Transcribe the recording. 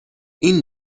این